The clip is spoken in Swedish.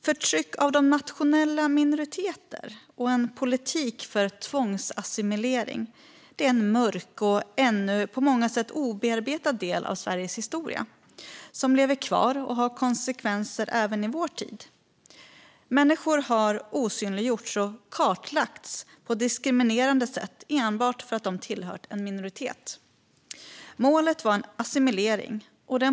Förtryck av nationella minoriteter och politik för tvångsassimilering är en mörk och ännu på många sätt obearbetad del av Sveriges historia som lever kvar och har konsekvenser även i vår tid. Människor har osynliggjorts och kartlagts på diskriminerande sätt enbart för att de tillhört minoriteter. Målet var assimilering.